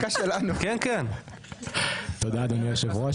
תודה אדוני היושב-ראש,